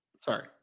Sorry